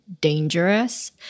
dangerous